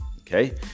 Okay